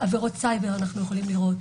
בעבירות סייבר אנחנו יכולים לראות,